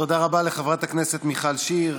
תודה רבה לחברת הכנסת מיכל שיר.